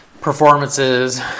performances